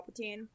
Palpatine